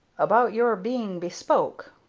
about your being bespoke.